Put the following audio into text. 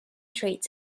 traits